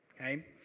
okay